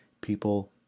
people